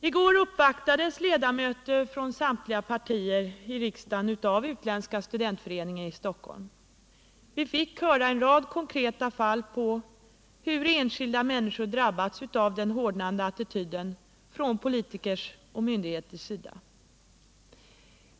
I går uppvaktades ledamöter från samtliga partier i riksdagen av Utländska studentföreningen i Stockholm. Vi fick höra en rad konkreta exempel på hur enskilda människor drabbats av den hårdnande attityden från politikers och myndigheters sida.